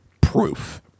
proof